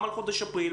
גם על חודש אפריל,